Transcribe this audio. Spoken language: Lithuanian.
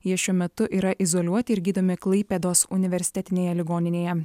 jie šiuo metu yra izoliuoti ir gydomi klaipėdos universitetinėje ligoninėje